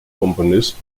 komponist